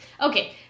Okay